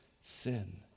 sin